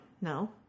no